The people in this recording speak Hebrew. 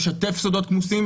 לשתף סודות כמוסים,